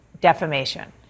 defamation